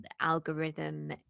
algorithm